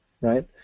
right